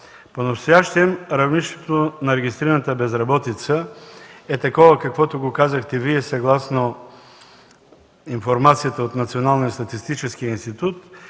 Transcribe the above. Понастоящем равнището на регистрираната безработица е такова, каквото го казахте Вие – съгласно информацията от Националния статистически институт.